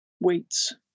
weights